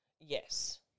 Yes